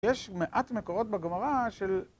‫יש מעט מקורות בגמרא של...